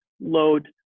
load